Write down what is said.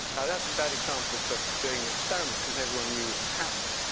now, that's a bad example for doing the experiment because everyone knew it was happening.